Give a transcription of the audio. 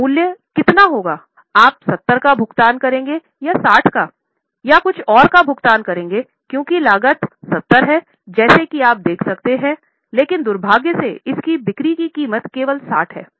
तो मूल्य कितना होगा आप 70 का भुगतान करेंगे या 60 का या कुछ और का भुगतान करेंगे क्योंकि लागत 70 है जैसा कि आप देख सकते हैं लेकिन दुर्भाग्य से इसकी बिक्री की कीमत केवल 60 है